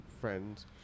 friends